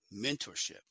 mentorship